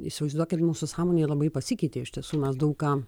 įsivaizduokit mūsų sąmonė labai pasikeitė iš tiesų mes daug ką